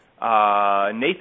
Nathan